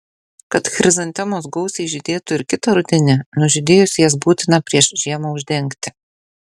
kad chrizantemos gausiai žydėtų ir kitą rudenį nužydėjus jas būtina prieš žiemą uždengti